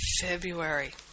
February